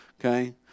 okay